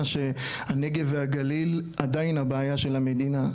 שהנגב והגליל עדיין הבעיה של המדינה,